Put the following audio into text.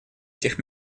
этих